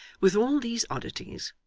with all these oddities,